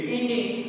Indeed